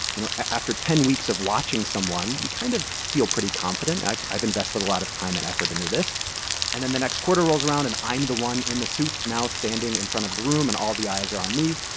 you know, after ten weeks of watching someone, you kind of feel pretty confident. i've i've invested a lot of time and effort into this and then the next quarter rolls around, and i'm the one in the suit now standing in front of the room, and all the eyes are on me.